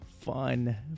fun